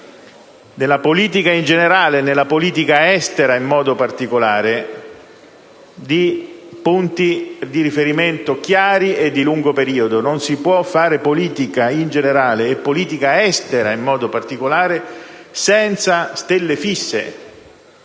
nella politica in generale e nella politica estera in modo particolare, di punti di riferimento chiari e di lungo periodo. Non si può fare politica in generale e politica estera in modo particolare senza stelle fisse,